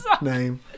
name